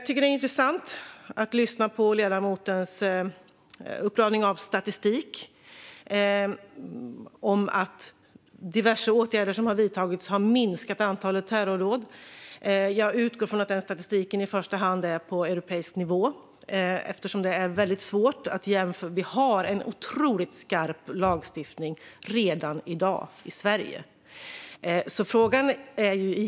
Det är intressant att lyssna på ledamotens uppradning av statistik om att diverse åtgärder som har vidtagits har minskat antalet terrordåd. Jag utgår från att den statistiken i första hand är på europeisk nivå. Vi har en otroligt skarp lagstiftning i Sverige redan i dag.